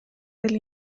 del